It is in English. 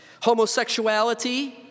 Homosexuality